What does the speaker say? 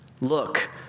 Look